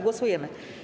Głosujemy.